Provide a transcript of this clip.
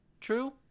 true